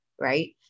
right